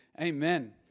amen